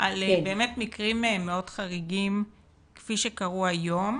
על מקרים מאוד חריגים כפי שקרו היום,